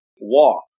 walk